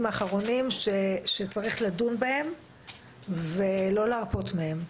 האחרונים שצריך לדון בהם ולא להרפות מהם.